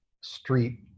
street